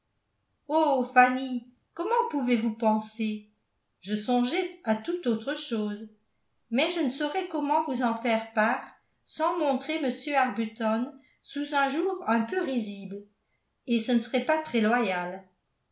fanny comment pouvez-vous penser je songeais à tout autre chose mais je ne saurais comment vous en faire part sans montrer m arbuton sous un jour un peu risible et ce ne serait pas très loyal